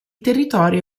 territorio